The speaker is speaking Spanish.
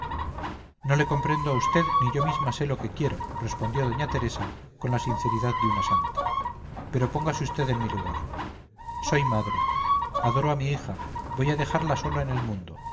no le comprendo a usted ni yo misma sé lo que quiero respondió da teresa con la sinceridad de una santa pero póngase usted en mi lugar soy madre adoro a mi hija voy a dejarla sola en el mundo